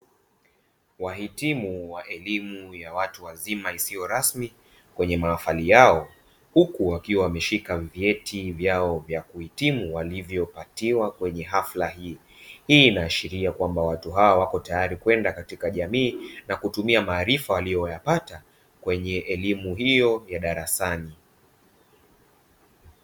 Wahitimu wa elimu ya watu wazima isiyo rasmi kwenye mahafali yao, huku wakiwa wameshika vyeti vyao vya kuhitumu walivyopatiwa kwenye hafla hii. Hii inaashiria kua watu hawa wako tayari kwenda katika jamii na kutumia maarifa walioyapata kwenye elimu hiyo ya darasani.